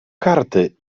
karty